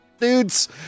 Dudes